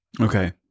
Okay